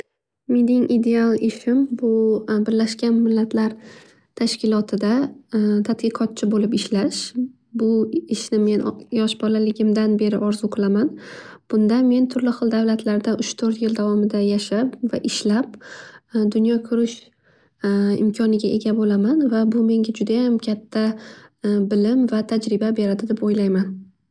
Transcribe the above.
Mening ideal ishim, bu birlashgan millatlar tashkilotida tatqiqotchi bo'lib ishlash. Bu ishni men yosh bolaligimdan beri orzu qilaman. Bunda men turli xil davlatlarda uch to'rt yil davomida yashab va ishlab, dunyo ko'rish imkoniga ega bolaman. Va bu menga juda katta bilim va tajriba beradi deb o'ylayman.